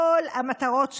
כל המטרות שלו,